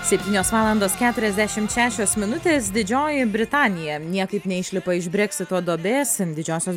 septynios valandos keturiasdešimt šešios minutės didžioji britanija niekaip neišlipa iš breksito duobės didžiosios